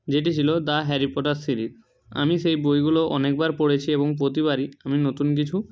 যেটি ছিলো the Harry Potter series আমি সেই বইগুলো অনেকবার পড়েছি এবং প্রতিবারই আমি নতুন কিছু